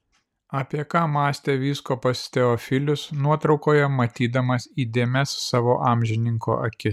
apie ką mąstė vyskupas teofilius nuotraukoje matydamas įdėmias savo amžininko akis